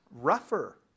rougher